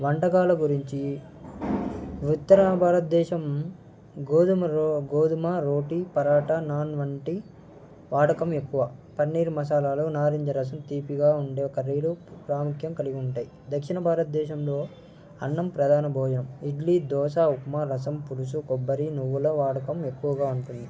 వంటకాల గురించి ఉత్తర భారతదేశం గోధుమ రో గోధుమ రోటీ పరాఠా నాన్ వంటి వాడకం ఎక్కువ పన్నీర్ మసాలాలో నారింజ రసం తీపిగా ఉండే కర్రీలు ప్రాముఖ్యం కలిగి ఉంటాయి దక్షిణ భారతదేశంలో అన్నం ప్రధాన భోజనం ఇడ్లీ దోశ ఉప్మా రసం పులుసు కొబ్బరి నువ్వుల వాడకం ఎక్కువగా ఉంటుంది